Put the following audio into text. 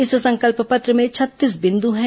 इस संकल्प पत्र में छत्तीस बिंदु हैं